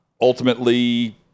ultimately